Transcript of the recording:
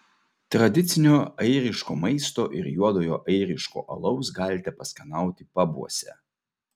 tradicinio airiško maisto ir juodojo airiško alaus galite paskanauti pabuose